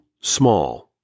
small